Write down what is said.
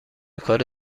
کار